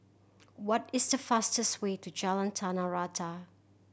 what is the fastest way to Jalan Tanah Rata